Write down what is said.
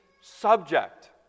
subject